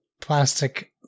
plastic